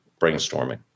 brainstorming